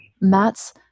Matt's